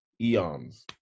Eons